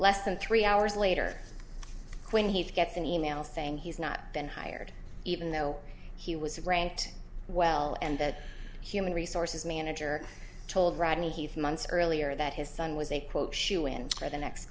less than three hours later when he gets an e mail saying he's not been hired even though he was ranked well and that human resources manager told rodney heath months earlier that his son was a quote shoe in for the next